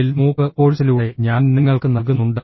L മൂക്ക് കോർസിലൂഡ് ഞാൻ നിങ്ങൾക്ക് നൽകുന്നുണ്ട്